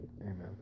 amen